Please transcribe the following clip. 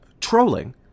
Trolling